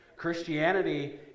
Christianity